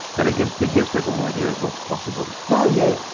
but it gives but gives people an idea of what's possible. oh yeah,